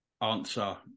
answer